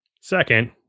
Second